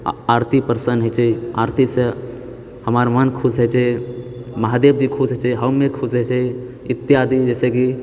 आ आरती प्रसन्न होइत छै आरतीसँ हमर मन खुशहोइत छै महादेव जी खुश होइत छै हम खुश होइत छै इत्यादि जैसे कि